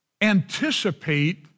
anticipate